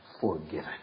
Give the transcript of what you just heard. forgiven